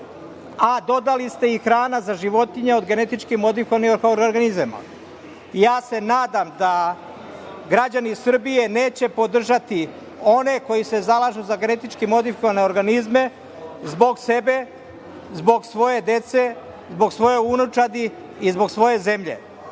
a dodali ste i hranu za životinje od genetički modifikovanih organizama. Nadam se da građani Srbije neće podržati one koji se zalažu za genetički modifikovane organizme zbog sebe, zbog svoje dece, zbog svoje unučadi i zbog svoje zemlje.